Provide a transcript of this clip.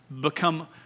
become